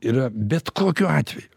yra bet kokiu atveju